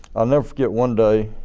i'll never forget one day,